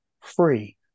free